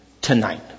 tonight